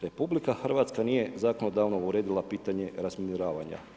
RH nije zakonodavno uredila pitanje razminiravanja.